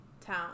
town